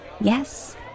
Yes